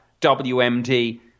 WMD